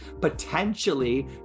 potentially